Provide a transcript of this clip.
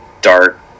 dark